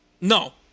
No